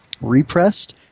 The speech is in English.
repressed